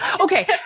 okay